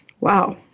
Wow